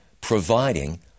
providing